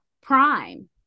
prime